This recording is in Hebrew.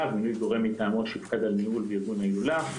ומינוי גורם מטעמו שיופקד על ניהול וארגון ההילולה,